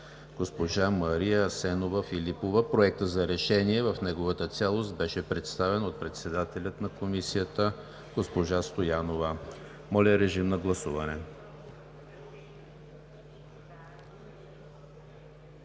госпожа Мария Асенова Филипова. Проектът за решение в неговата цялост беше представен от председателя на Комисията госпожа Стоянова. Моля, гласувайте.